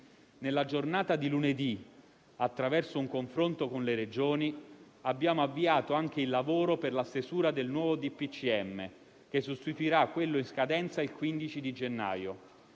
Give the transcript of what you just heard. Nella giornata di lunedì, attraverso un confronto con le Regioni, abbiamo avviato anche il lavoro per la stesura del nuovo DPCM, che sostituirà quello in scadenza il 15 di gennaio.